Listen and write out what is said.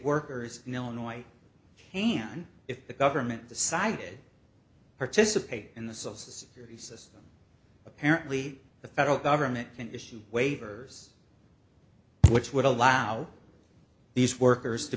workers in illinois can if the government decided participate in the cells the security system apparently the federal government can issue waivers which would allow these workers to